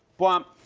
bwomp.